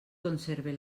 conserve